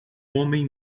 homem